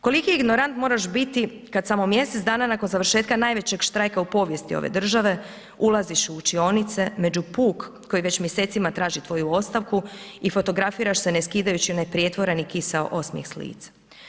Koliki ignorant moraš biti kad samo mjesec dana nakon završetka najvećeg štrajka u povijesti ove države ulaziš u učionice među puk koji već mjesecima traži tvoju ostavku i fotografiraš se ne skidajući neprijetvoran i kiseo osmjeh s lica?